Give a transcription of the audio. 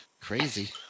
Crazy